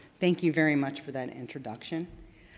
thank you very much for that introduction.